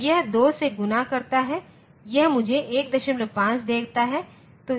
तो यह 2 से गुणा करता है यह मुझे 15 देता है